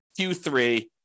Q3